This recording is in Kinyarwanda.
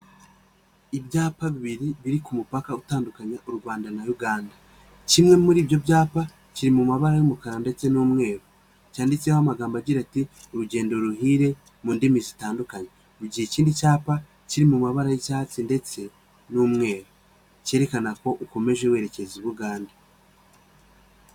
Ibyapa bibiribiri biri ku mupaka utandukanya u Rwanda na Uganda, kimwe muri ibyo byapa kiri mu mabara y'umukara ndetse n'umweru cyanditseho amagambo agira ati urugendo ruhire mu ndimi zitandukanye, mu gihe ikindi cyapa kiri mu mabara y'icyatsi ndetse n'umweru kerekana ko ukomeje werekeza i Bugande.